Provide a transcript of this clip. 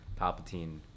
Palpatine